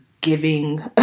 giving